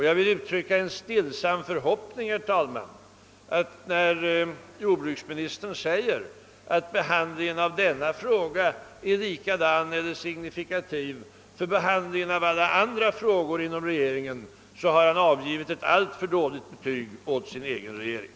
Jag vill uttrycka en stillsam förhoppning om att jordbruksministern när han säger att behandlingen av denna fråga är signifikativ för behandlingen av alla andra frågor i regeringen har avgivit ett alltför dåligt betyg åt sin egen regering.